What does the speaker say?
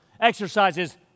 exercises